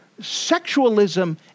sexualism